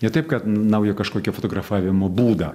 ne taip kad naują kažkokią fotografavimo būdą